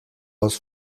les